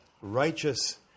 righteous